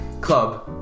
club